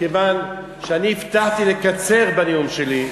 מכיוון שאני הבטחתי לקצר בנאום שלי,